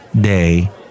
day